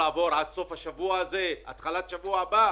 לעבור עד סוף השבוע הזה או התחלת השבוע הבא.